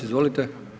Izvolite.